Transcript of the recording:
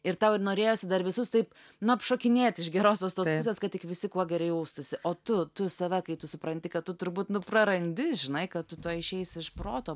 ir tau ir norėjosi dar visus taip nu apšokinėt iš gerosios tos pusės kad tik visi kuo geriau jaustųsi o tu tu save kai tu supranti kad tu turbūt nu prarandi žinai kad tu tuoj išeis iš proto